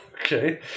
Okay